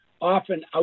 often